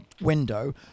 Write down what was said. window